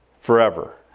forever